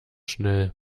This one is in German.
schnell